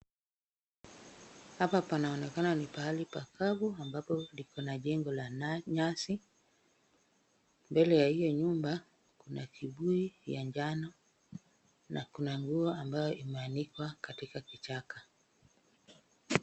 Hapa panaonekana ni pahali pakavu, ambapo liko na jengo la nyasi, mbele ya hiyo nyumba kuna kibuyu ya njano, na kuna nguo ambayo imeanikwa katika kichaka.